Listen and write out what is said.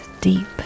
deep